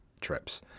trips